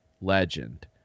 legend